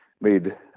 made